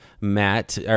Matt